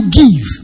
give